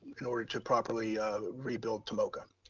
in order to properly rebuild tomoka.